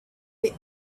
they